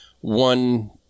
one